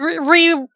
re